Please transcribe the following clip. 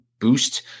boost